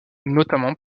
notamment